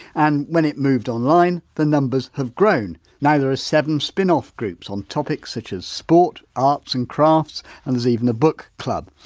and when it moved online the numbers have grown. now there are seven spinoff groups on topics such as sport, arts and crafts and there's even a book club.